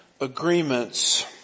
agreements